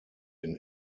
den